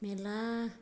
मेरला